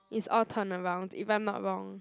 it's all turnaround if I'm not wrong